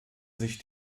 sich